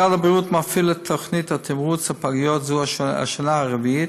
משרד הבריאות מפעיל את תוכנית תמרוץ הפגיות זו השנה הרביעית,